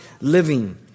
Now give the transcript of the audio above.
living